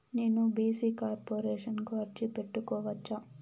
నేను BC corporation కు అర్జీ పెట్టుకోవచ్చా?